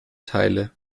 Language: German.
teile